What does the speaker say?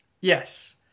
Yes